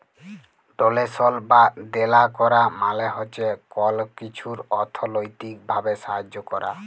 ডোলেশল বা দেলা ক্যরা মালে হছে কল কিছুর অথ্থলৈতিক ভাবে সাহায্য ক্যরা